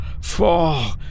fall